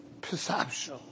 perception